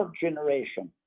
generation